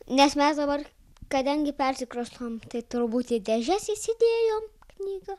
nes mes dabar kadangi persikraustom tai turbūt į dėžes įsidėjom knygą